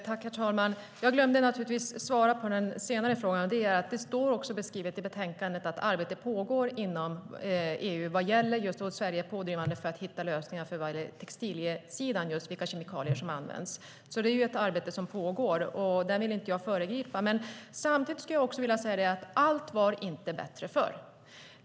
Herr talman! Jag glömde svara på en av de sista frågorna. Det står beskrivet i betänkandet att arbete pågår inom EU - och Sverige är pådrivande - för att hitta lösningar på textiliesidan när det gäller vilka kemikalier som används. Det är ett arbete som pågår och som jag inte vill föregripa. Samtidigt vill jag också säga att allt inte var bättre förr.